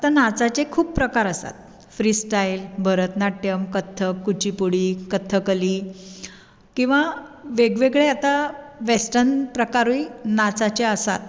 आतां नाचाचे खूब प्रकार आसात फ्री स्टाइल भरतनाट्यम कुचुपुडी कथकली किवा वेग वेगळे आतां वेस्टर्न प्रकारूय नाचाचे आसात